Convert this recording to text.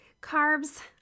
Carbs